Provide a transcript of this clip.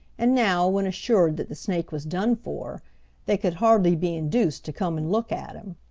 and now, when assured that the snake was done for they could hardly be induced to come and look at him.